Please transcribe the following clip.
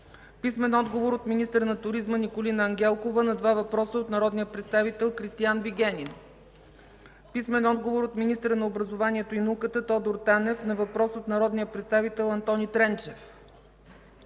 Вигенин; - министъра на туризма Николина Ангелкова на два въпроса от народния представител Кристиан Вигенин; - министъра на образованието и науката Тодор Танев на въпрос от народния представител Антони Тренчев;